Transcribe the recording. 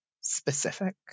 specific